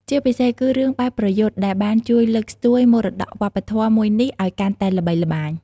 ជាពិសេសគឺរឿងបែបប្រយុទ្ធ ដែលបានជួយលើកស្ទួយមរតកវប្បធម៌មួយនេះឲ្យកាន់តែល្បីល្បាញ។